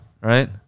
Right